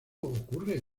ocurre